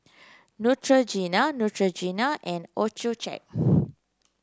Neutrogena Neutrogena and Accucheck